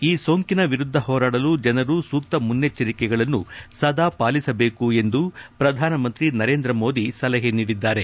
ಈ ಸೋಂಕಿನ ವಿರುದ್ದ ಹೋರಾಡಲು ಜನರು ಸೂಕ್ತ ಮುನ್ನೆಚ್ಚರಿಕೆಗಳನ್ನು ಸದಾ ಪಾಲಿಸಬೇಕು ಎಂದು ಪ್ರಧಾನಿ ನರೇಂದ್ರ ಮೋದಿ ಸಲಹೆ ನೀಡಿದ್ದಾರೆ